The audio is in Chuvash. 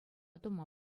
тума